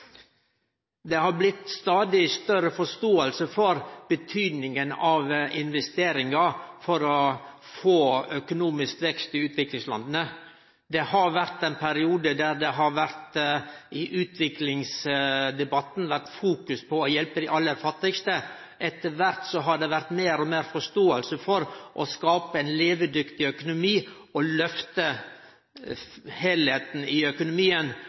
Det har blitt stadig større forståing for betydninga av investeringar for å få økonomisk vekst i utviklingslanda. Det har vore ein periode kor det i utviklingsdebatten har vore fokus på å hjelpe dei aller fattigaste. Etter kvart har det blitt meir og meir forståing for å skape ein levedyktig økonomi. Å lyfte heilskapen i økonomien